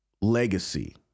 legacy